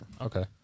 Okay